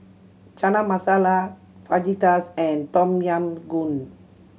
Chana Masala Fajitas and Tom Yam Goong